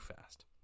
fast